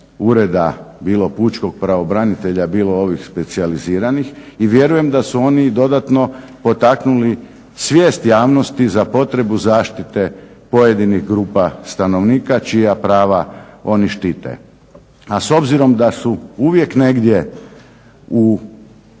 ureda bilo pučkog pravobranitelja, bilo ovih specijaliziranih i vjerujem da su oni i dodatno potaknuli svijest javnosti za potrebu zaštite pojedinih grupa stanovnika čija prava oni štite. A s obzirom da su uvijek negdje u